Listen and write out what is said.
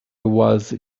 was